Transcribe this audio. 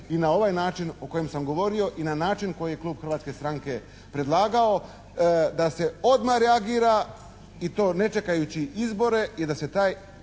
i na ovaj način o kojem sam govorio i na način koji je klub Hrvatske stranke predlagao da se odmah reagira i to ne čekajući izbore i da se taj